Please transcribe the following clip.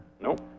Nope